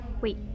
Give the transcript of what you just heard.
Wait